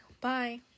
Bye